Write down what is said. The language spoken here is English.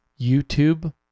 YouTube